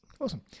Awesome